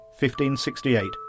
1568